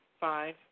Five